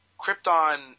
Krypton